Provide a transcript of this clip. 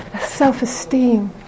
self-esteem